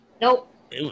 Nope